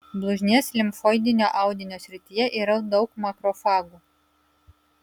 blužnies limfoidinio audinio srityje yra daug makrofagų